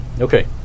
Okay